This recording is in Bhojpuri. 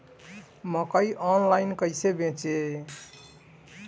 मकई आनलाइन कइसे बेची?